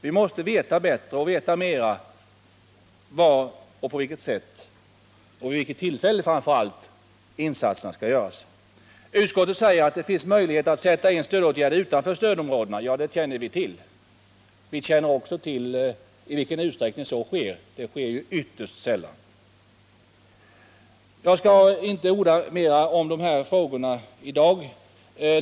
Vi måste veta mer om var, på vilket sätt och, framför allt, vid vilket tillfälle insatserna skall göras. Utskottet säger att det finns möjlighet att sätta in stödinsatser utanför stödområdena. Det känner vi till, men vi vet också i vilken utsträckning så sker — ytterst sällan. Jag skall i dag inte orda mer om dessa frågor.